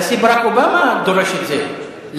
הנשיא ברק אובמה דורש את זה,